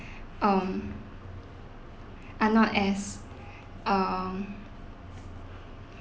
um are not as um